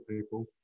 people